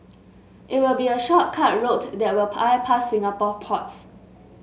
it will be a shortcut route that will bypass Singapore ports